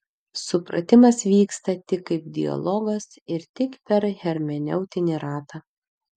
supratimas vyksta tik kaip dialogas ir tik per hermeneutinį ratą